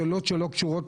שאלות שלא קשורות,